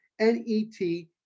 N-E-T